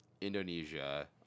Indonesia